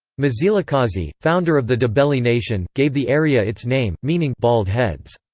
mzilikazi, founder of the ndebele nation, gave the area its name, meaning bald heads.